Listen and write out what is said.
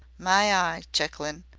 my eye, chuckling,